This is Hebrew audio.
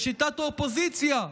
לשיטת האופוזיציה?